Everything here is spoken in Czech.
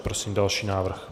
Prosím další návrh.